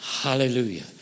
Hallelujah